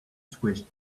squished